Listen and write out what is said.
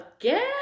again